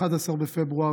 11 בפברואר,